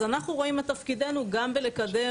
אז אנחנו רואים את תפקידנו גם בלקדם,